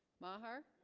maher